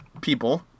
people